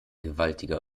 gewaltiger